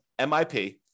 MIP